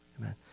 Amen